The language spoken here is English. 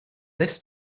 this